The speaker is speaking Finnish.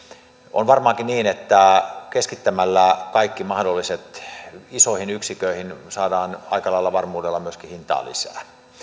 on varmaankin niin että keskittämällä kaikki mahdolliset isoihin yksiköihin saadaan aika lailla varmuudella myöskin hintaa lisää